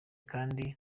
kandi